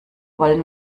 wollen